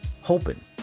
Hoping